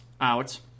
out